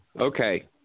Okay